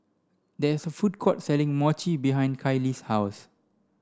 there's a food court selling Mochi behind Caylee's house